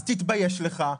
אז תתבייש לך.